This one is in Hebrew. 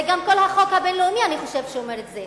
זה גם כל החוק הבין-לאומי אני חושבת שאומר את זה,